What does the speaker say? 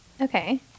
okay